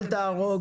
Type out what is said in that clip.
אל תהרוג,